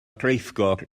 rheithgor